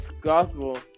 gospel